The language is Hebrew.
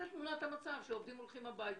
זו תמונת המצב כשעובדים הולכים הביתה.